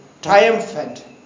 triumphant